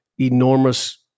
enormous